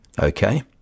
okay